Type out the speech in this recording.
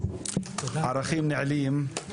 יום שמבטא ערכים נעלים,